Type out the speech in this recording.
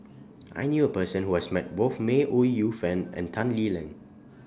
I knew A Person Who has Met Both May Ooi Yu Fen and Tan Lee Leng